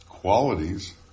qualities